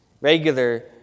Regular